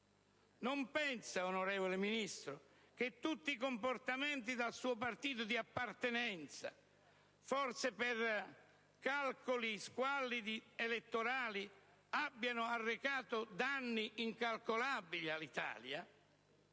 Non pensa, onorevole Ministro, che tutti i comportamenti del suo partito di appartenenza, forse per squallidi calcoli elettorali, abbiano arrecato danni incalcolabili all'Italia?